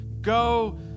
go